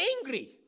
angry